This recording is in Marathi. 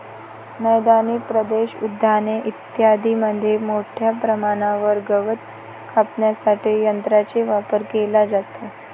मैदानी प्रदेश, उद्याने इत्यादींमध्ये मोठ्या प्रमाणावर गवत कापण्यासाठी यंत्रांचा वापर केला जातो